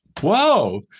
whoa